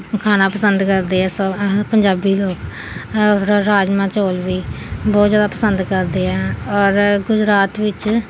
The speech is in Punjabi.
ਖਾਣਾ ਪਸੰਦ ਕਰਦੇ ਹੈ ਸਭ ਆਹਾ ਪੰਜਾਬੀ ਲੋਕ ਔਰ ਰਾਜਮਾਂਹ ਚੌਲ ਵੀ ਬਹੁਤ ਜ਼ਿਆਦਾ ਪਸੰਦ ਕਰਦੇ ਹੈ ਔਰ ਗੁਜਰਾਤ ਵਿੱਚ